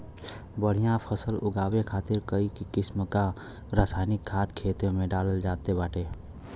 बढ़िया फसल उगावे खातिर कई किसिम क रासायनिक खाद खेते में डालल जात बाटे